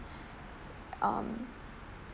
um